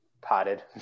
potted